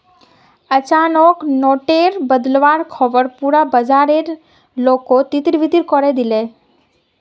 अचानक नोट टेर बदलुवार ख़बर पुरा बाजारेर लोकोत तितर बितर करे दिलए